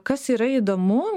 kas yra įdomu